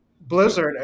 Blizzard